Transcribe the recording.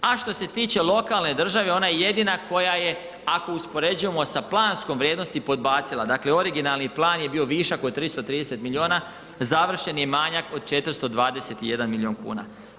A što se tiče lokalne države ona je jedina koja je ako je uspoređujemo sa planskom vrijednosti podbacila, dakle originalan plan je bio višak od 330 milijuna, završen je manjak od 421 milijun kuna.